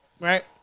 right